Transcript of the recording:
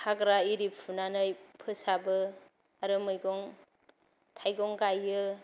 हाग्रा एरि फुनानै फोसाबो आरो मैगं थाइगं गायो